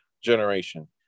generation